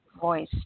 voice